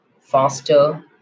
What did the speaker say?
faster